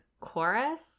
chorus